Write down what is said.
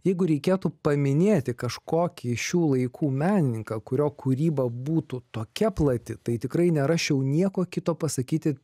jeigu reikėtų paminėti kažkokį šių laikų menininką kurio kūryba būtų tokia plati tai tikrai nerašiau nieko kito pasakyti